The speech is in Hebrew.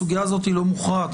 הסוגיה הזאת לא מוכרעת,